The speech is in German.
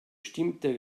stimmte